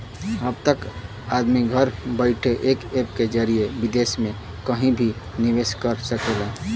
अब त आदमी घर बइठे एक ऐप के जरिए विदेस मे कहिं भी निवेस कर सकेला